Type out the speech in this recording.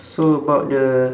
so about the